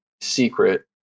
secret